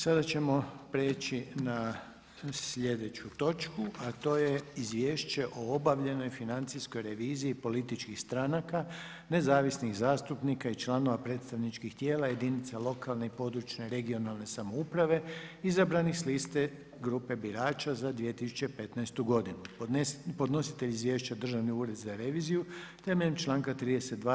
Sada ćemo preći na slijedeću točku a to je: - Izvješće o obavljanoj financijskoj reviziji političkoj stranaka, nezavisnih zastupnika i članova predstavničkih tijela jedinica lokalne i područne (regionalne) samouprave izabranih s liste grupe birača za 2015. godinu Podnositelj izvješća je Državni ured za reviziju temeljem članka 32.